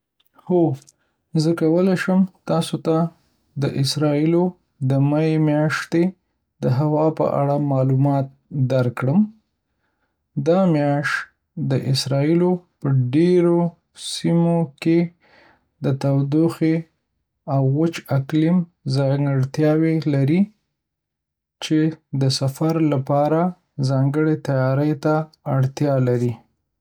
هو، زه کولی شم تاسو ته د اسراییلو د می میاشتې د هوا په اړه معلومات درکړم. دا میاشت د اسراییلو په ډېرو سیمو کې د تودوخې او وچ اقلیم ځانګړتیاوې لري، چې د سفر لپاره ځانګړې تیاري ته اړتیا لري.